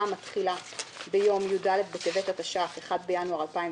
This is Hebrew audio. המתחילה ביום י"ד בטבת התשע"ח (1 בינואר 2018)